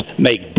Make